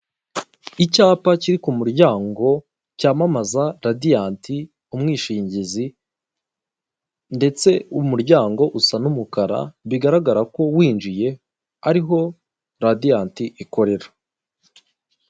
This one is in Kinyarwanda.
Icyapa kiri ku muryango cyamamaza radiyanti umwishingizi, ndetse umuryango usa n'umukara bigaragara ko winjiye ariho radiyanti ikorera.